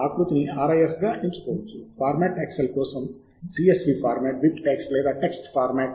ఆకృతిని RIS గా ఎంచుకోవచ్చు ఫార్మాట్ ఎక్సెల్ కోసం CSV ఫార్మాట్ బిబ్టెక్స్ లేదా టెక్స్ట్ ఫార్మాట్